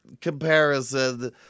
comparison